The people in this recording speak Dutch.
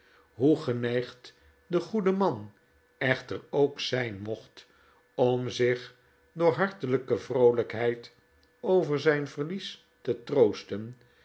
hoe geneigd de goede man echter ook zijn mocht om zich door hartelijke vroolijkheid over zijn verlies te troosten